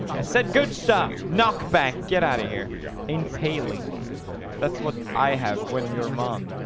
i said good stuff knock back. get out of here impaling that's what i have when your mom